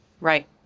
Right